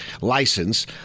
license